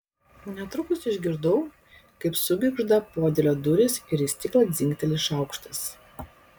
netrukus išgirdau kaip sugirgžda podėlio durys ir į stiklą dzingteli šaukštas